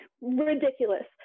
ridiculous